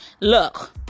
Look